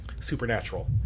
Supernatural